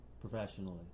professionally